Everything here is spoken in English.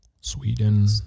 Sweden